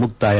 ಮುಕ್ತಾಯ